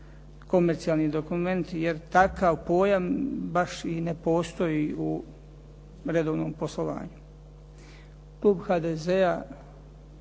komercijalni dokumenti jer takav pojam baš i ne postoji u redovnom poslovanju. Klub HDZ-a